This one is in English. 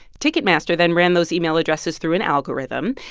ticketmaster then ran those email addresses through an algorithm.